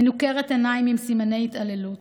מנוקרת עיניים ועם סימני התעללות,